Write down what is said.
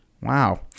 Wow